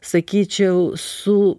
sakyčiau su